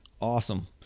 Awesome